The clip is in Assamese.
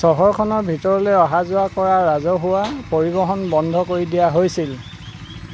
চহৰখনৰ ভিতৰলৈ অহা যোৱা কৰা ৰাজহুৱা পৰিবহণ বন্ধ কৰি দিয়া হৈছিল